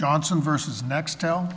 johnson versus nextel